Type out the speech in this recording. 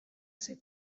ser